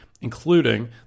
including